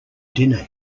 dinner